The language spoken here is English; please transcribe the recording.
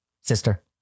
sister